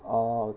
oh